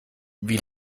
wie